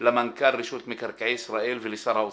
למנכ"ל רשות מקרקעי ישראל ולשר האוצר.